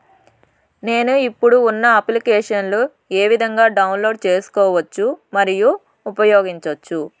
నేను, ఇప్పుడు ఉన్న అప్లికేషన్లు ఏ విధంగా డౌన్లోడ్ సేసుకోవచ్చు మరియు ఉపయోగించొచ్చు?